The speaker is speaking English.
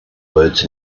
words